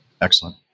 Excellent